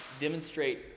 demonstrate